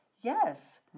yes